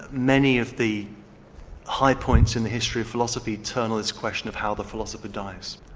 many of the high points in the history of philosophy turn on this question of how the philosopher dies.